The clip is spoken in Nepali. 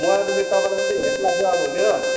मलाई त फेरि तपाईँलाई मात्रै हेरेको जस्तो लाग्छ अरूहरूले हो